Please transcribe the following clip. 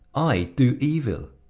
i, do evil!